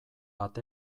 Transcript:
bat